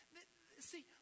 See